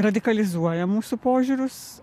radikalizuoja mūsų požiūrius